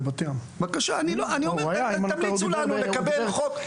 בבקשה, תמליצו לנו לקבל חוק.